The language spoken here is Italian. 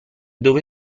dove